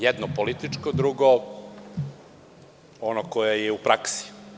Jedno političko, drugo ono koje je u praksi.